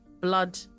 blood